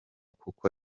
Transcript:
kuko